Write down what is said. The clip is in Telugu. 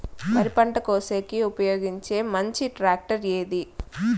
వరి పంట కోసేకి ఉపయోగించే మంచి టాక్టర్ ఏది?